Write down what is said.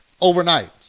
overnight